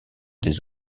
des